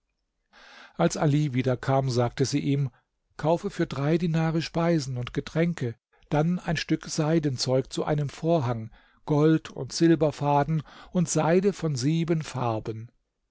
als ali wiederkam sagte sie ihm kaufe für drei dinare speisen und getränke dann ein stück seidenzeug zu einem vorhang gold und silberfaden und seide von sieben farben